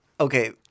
Okay